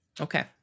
Okay